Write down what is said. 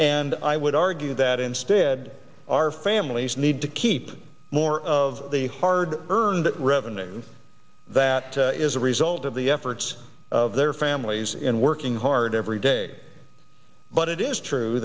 and i would argue that instead our families need to keep more of the hard earned revenue that is a result of the efforts of their families and working hard every day but it is true